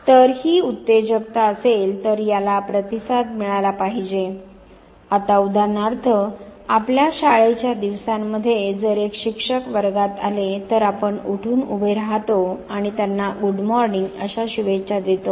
तर ही उत्तेजकता असेल तर याला प्रतिसाद मिळाला पाहिजे आता उदाहरणार्थ आपल्या शाळेच्या दिवसांमध्ये जर एक शिक्षक वर्गात आले तर आपण उठून उभे राहतो आणि त्यांना गुड मॉर्निंग अशा शुभेच्छा देतो